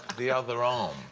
the other arm.